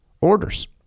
orders